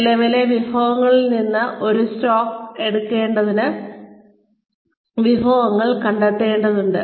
നിലവിലെ വിഭവങ്ങളിൽ നിന്ന് ഒരു സ്റ്റോക്ക് എടുക്കേണ്ടതിനാൽ വിഭവങ്ങൾ കണ്ടെത്തേണ്ടതുണ്ട്